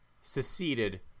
seceded